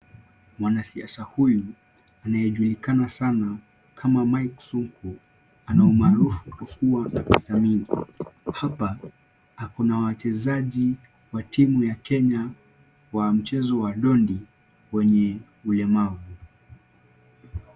Mwanasiasa huyu anayejulikana sana kama Mike Sonko ana umaruufu kukuwa na pesa nyingi. Hapa akona wachezaji wa timu ya Kenya wa mchezo wa dondi wenye ulemavu.